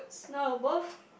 no both